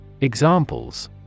Examples